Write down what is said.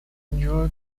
enjoy